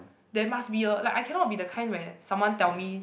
there must be a like I cannot be the kind where someone tell me